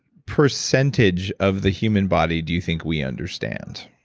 percentage of the human body do you think we understand?